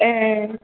ए